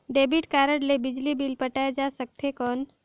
Debit card ले बिजली bill पटाय जा सकथे कौन?